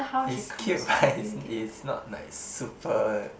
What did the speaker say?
it's cute but it's it's not like super